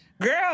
girl